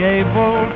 able